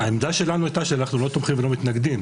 העמדה שלנו הייתה שאנחנו לא תומכים ואנחנו לא מתנגדים,